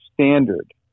standard